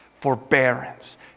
forbearance